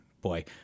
boy